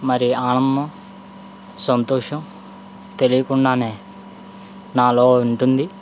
మరి ఆనందం సంతోషం తెలియకుండానే నాలో ఉంటుంది